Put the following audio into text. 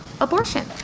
abortion